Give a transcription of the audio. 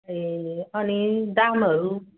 ए अनि दामहरू